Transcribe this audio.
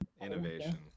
innovation